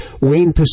Wayne